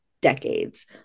decades